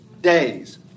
days